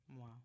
Wow